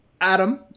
adam